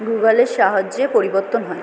গুগলের সাহায্যে পরিবর্তন হয়